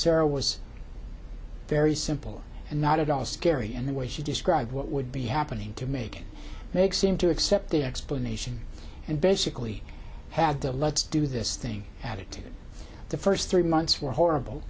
sarah was very simple and not at all scary in the way she described what would be happening to make make seem to accept the explanation and basically had the let's do this thing attitude the first three months were horrible